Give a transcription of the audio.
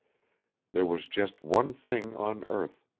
there was just one thing on earth.